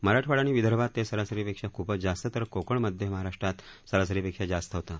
मराठवाडा आणि विदर्भात ते सरासरीपेक्षा खुपच जास्त तर कोकण आणि मध्य महाराष्ट्रात सरासरीपेक्षा जास्त होतं